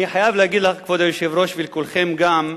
אני חייב להגיד לך, כבוד היושב-ראש, ולכולכם גם,